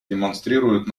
демонстрируют